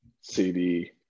CD